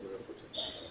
ההצעות אושרו.